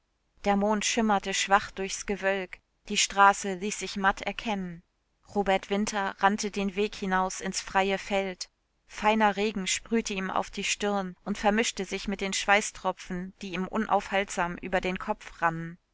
der mond schimmerte schwach durchs gewölk die straße ließ sich matt erkennen robert winter rannte den weg hinaus ins freie feld feiner regen sprühte ihm auf die stirn und vermischte sich mit den schweißtropfen die ihm unaufhaltsam über den kopf